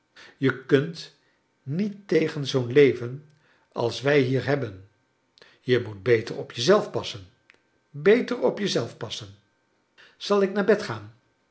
je kunt niet tegen zoo'n leven als wij hier hebben je moet beter op je zelf passen beter op je zelf pas sen zal ik naar bed gaan